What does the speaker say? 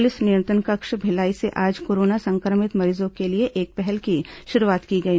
police नियंत्रण कक्ष भिलाई से आज कोरोना संक्रमित मरीजों के लिए एक पहल की शुरूआत की गई